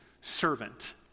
servant